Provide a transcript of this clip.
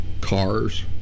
cars